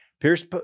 pierce